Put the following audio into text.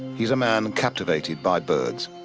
he's a man captivated by birds,